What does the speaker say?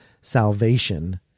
salvation